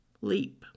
leap